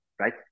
right